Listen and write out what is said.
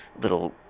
little